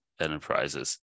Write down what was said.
enterprises